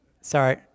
Sorry